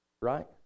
Right